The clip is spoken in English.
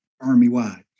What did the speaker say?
Army-wide